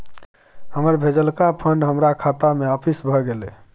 हमर भेजलका फंड हमरा खाता में आपिस भ गेलय